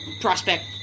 prospect